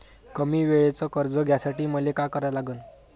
कमी वेळेचं कर्ज घ्यासाठी मले का करा लागन?